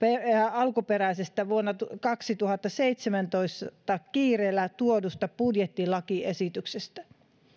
alkuperäisestä vuonna kaksituhattaseitsemäntoista kiireellä tuodusta budjettilakiesityksestä